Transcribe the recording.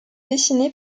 dessiné